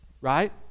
Right